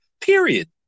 period